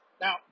Now